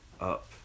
up